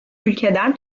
ülkeden